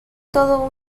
todo